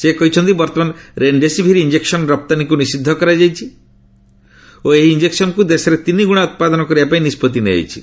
ସେ କହିଛନ୍ତି ବର୍ତ୍ତମାନ ରେନ୍ଡେସିଭିର୍ ଇଞ୍ଜକ୍ସନ୍ ରପ୍ତାନୀକୁ ନିଷିଦ୍ଧ କରାଯାଇଛି ଓ ଏହି ଇଞ୍ଜକ୍ସନ୍କୁ ଦେଶରେ ତିନିଗୁଣା ଉତ୍ପାଦନ କରିବା ପାଇଁ ନିଷ୍ପଭି ନିଆଯାଇଛି